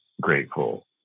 grateful